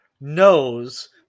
knows